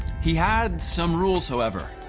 he had some rules, however.